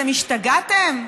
אתם השתגעתם?